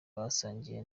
basangiye